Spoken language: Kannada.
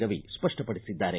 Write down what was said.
ರವಿ ಸ್ಪಷ್ಟ ಪಡಿಸಿದ್ದಾರೆ